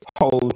holes